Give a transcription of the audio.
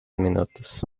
minutos